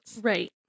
Right